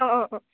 অঁ অঁ অঁ